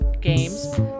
games